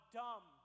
dumb